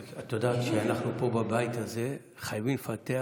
את יודעת שאנחנו פה בבית הזה חייבים לפתח